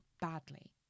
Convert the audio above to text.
badly